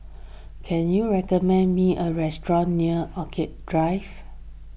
can you recommend me a restaurant near Orchid Drive